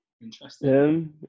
Interesting